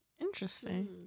Interesting